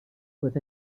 with